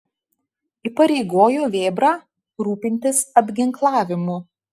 įpareigojo vėbrą rūpintis apginklavimu